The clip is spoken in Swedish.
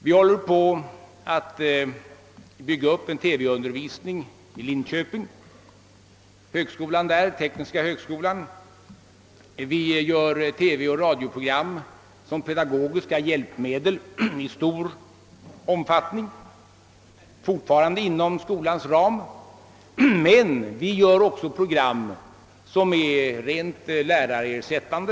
Vi håller på att bygga upp en TV-undervisning vid tekniska högskolan i Linköping, vi använder i stor omfattning TV och radioprogram som pedagogiska hjälpmedel — detta gör vi inom skolans ram, men vi gör också program som är rent lärarersättande.